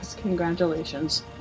congratulations